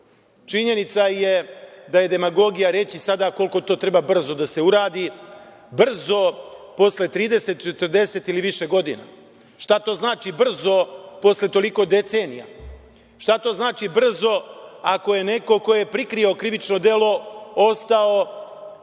Činjenica je da je demagogija reći sada koliko to treba brzo da se uradi, brzo posle 30, 40 ili više godina. Šta to znači brzo posle toliko decenija? Šta to znači brzo ako je neko ko je prikrio krivično delo ostao